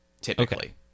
Typically